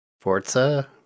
Forza